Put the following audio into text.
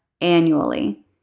annually